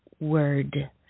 Word